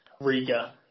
Riga